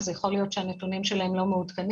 אז יכול להיות שהנתונים שלהם לא מעודכנים.